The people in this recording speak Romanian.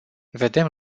vedem